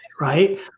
Right